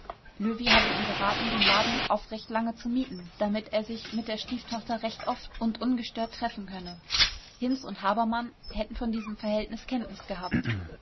löwy habe ihm geraten den laden auf recht lange zu mieten damit er sich mit der stieftochter recht oft und ungestört treffen könne hinz und habermann hätten von diesem verhältnis kenntnis gehabt